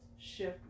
shift